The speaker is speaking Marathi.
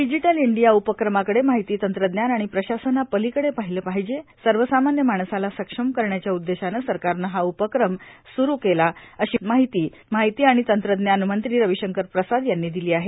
डिजिटल इंडिया उपक्रमाकडे माहिती तंत्रज्ञान आणि प्रशासनापलीकडे पाहिले पाहिजे सर्वसामान्य माणसाला सक्षम करण्याच्या उद्देशानं सरकारनं हा उपक्रम सुरु केला अशी माहिती तंत्रज्ञान मंत्री रविशंकर प्रसाद यांनी दिली आहे